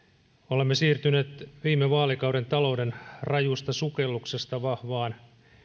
olemme siirtyneet viime vaalikauden talouden rajusta sukelluksesta vahvaan